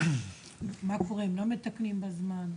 קורה אם לא מתקנים בזמן?